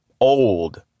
old